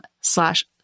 slash